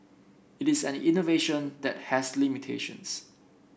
it is an innovation that has limitations